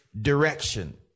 direction